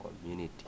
community